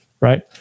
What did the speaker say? right